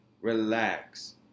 relax